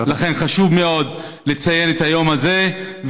לכן חשוב מאוד לציין את היום הזה.